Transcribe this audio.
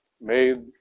made